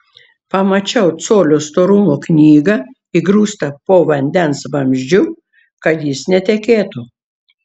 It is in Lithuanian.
pamačiau colio storumo knygą įgrūstą po vandens vamzdžiu kad jis netekėtų